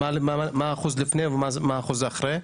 מה האחוז לפני ומה האחוז אחרי?